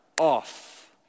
off